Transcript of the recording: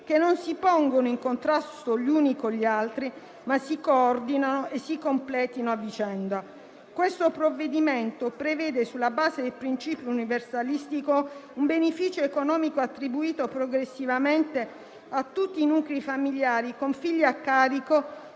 che non si pongano in contrasto gli uni con gli altri, ma si coordinino e si completino a vicenda. Questo provvedimento prevede, sulla base del principio universalistico, un beneficio economico attribuito progressivamente a tutti i nuclei famigliari con figli a carico,